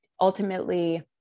ultimately